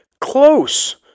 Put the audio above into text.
close